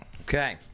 Okay